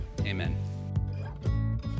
Amen